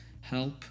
help